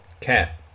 Cat